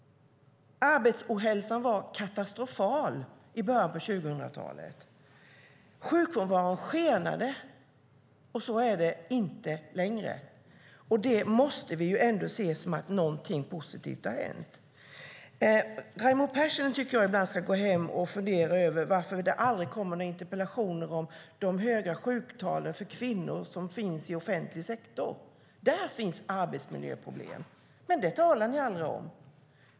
Arbetsohälsan var katastrofal i början av 2000-talet. Sjukfrånvaron skenade, och så är det inte längre. Det måste vi ändå se som att någonting positivt har hänt. Jag tycker att Raimo Pärssinen ska gå hem och fundera över varför det aldrig kommer några interpellationer om de höga sjuktalen för kvinnor som finns i offentlig sektor. Där finns arbetsmiljöproblem. Men det talar ni aldrig om.